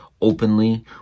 openly